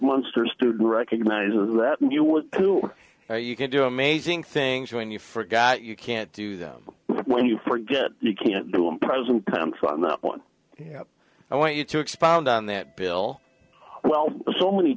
munster's student recognizer that you would do you can do amazing things when you forgot you can't do them when you forget you can't do in present time so i'm not one i want you to expound on that bill well so many